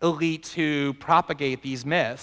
elites who propagate these m